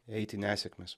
eit į nesėkmes